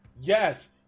yes